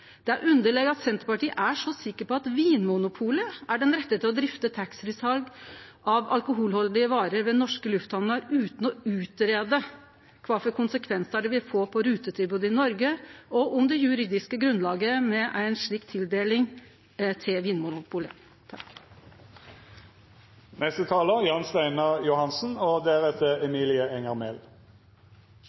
Det er underleg at Senterpartiet er så sikker på at Vinmonopolet er dei rette til å drifte taxfree-sal av alkoholhaldige varer ved norske lufthamner, utan å greie ut om kva for konsekvensar det vil få for rutetilbodet i Noreg, og om det juridiske grunnlaget for ei slik tildeling til Vinmonopolet. Jeg går ut ifra at det er gode intensjoner som ligger bak når Senterpartiet bruker egen og